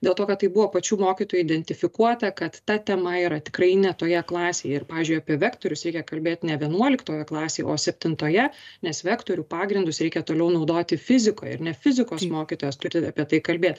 dėl to kad tai buvo pačių mokytojų identifikuota kad ta tema yra tikrai ne toje klasėje pavyzdžiui apie vektorius reikia kalbėt ne vienuoliktoje klasėje o septintoje nes vektorių pagrindus reikia toliau naudoti fizikoje ir ne fizikos mokytojas turi apie tai kalbėt